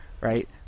right